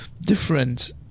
different